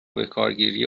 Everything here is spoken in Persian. بکارگیری